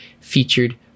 featured